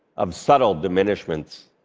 of subtle diminishments.